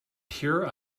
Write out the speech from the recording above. pure